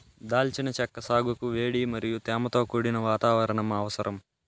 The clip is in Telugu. దాల్చిన చెక్క సాగుకు వేడి మరియు తేమతో కూడిన వాతావరణం అవసరం